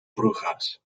brujas